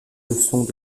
leçons